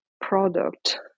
product